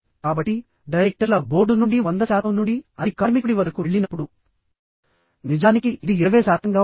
కాబట్టి డైరెక్టర్ల బోర్డు నుండి 100 శాతం నుండి అది కార్మికుడి వద్దకు వెళ్ళినప్పుడు నిజానికి ఇది 20 శాతంగా ఉంది